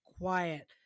quiet